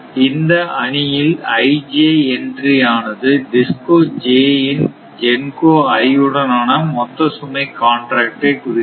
இந்த அணியில் ij entry ஆனது DISCO j இன் GENCO i உடன் ஆன மொத்த சுமை காண்ட்ராக்ட் ஐ குறிக்கிறது